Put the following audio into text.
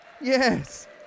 Yes